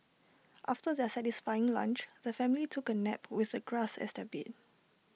after their satisfying lunch the family took A nap with the grass as their bed